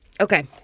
Okay